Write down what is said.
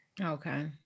Okay